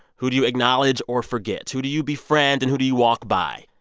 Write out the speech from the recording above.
who do you acknowledge or forget? who do you befriend, and who do you walk by?